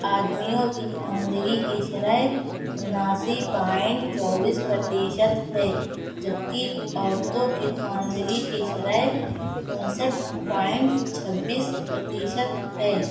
آدمیوں کی خواندگی کی شرح اناسی پوائنٹ چوبیس پرتیشت ہے جبکہ عورتوں کی خواندگی کی شرح انسٹھ پوائنٹ چھبیس پرتیشت ہے